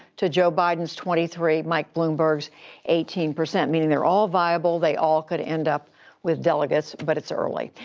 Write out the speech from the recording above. to joe biden's twenty three, mike bloomberg's eighteen percent, meaning they're all viable. they all could end up with delegates. but it's early.